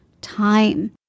time